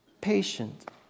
patient